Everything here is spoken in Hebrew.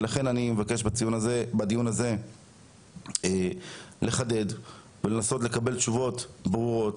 לכן אני מבקש בדיון הזה לחדד ולנסות לקבל תשובות ברורות